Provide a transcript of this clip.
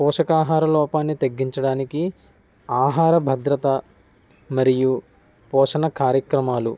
పోషకాహార లోపానికి తగ్గించడానికి ఆహార భద్రత మరియు పోషణ కార్యక్రమాలు